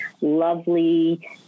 lovely